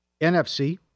NFC